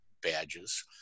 badges